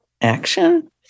action